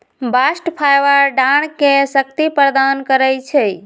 bast fibre डांरके शक्ति प्रदान करइ छै